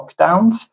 lockdowns